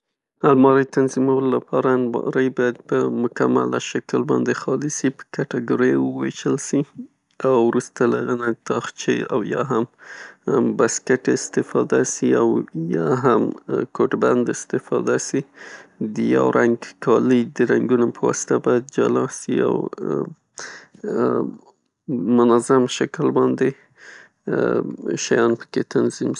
الماری تنظیمولو لپاره الماری باید په مکمله شکل باندې خالي سي. په کټګوریو وویشل سي او وروسته د هغه نه تاخچې او یا هم بسکټ استفاده سي او یا هم کوټبند استفاده سي، د یو رنګ کالي د رنګونو په واسظه جلا سي. په منظم شکل باندې، شیان پکې تنظیم.